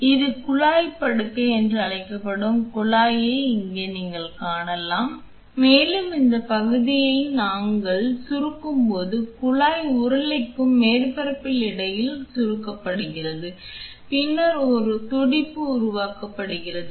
எனவே இது குழாய் படுக்கை என்று அழைக்கப்படும் குழாயை இங்கே நீங்கள் காணலாம் மேலும் இந்த பகுதியை நாம் சுருக்கும்போது குழாய் உருளைக்கும் மேற்பரப்பிற்கும் இடையில் சுருக்கப்படுகிறது பின்னர் ஒரு துடிப்பு உருவாக்கப்படுகிறது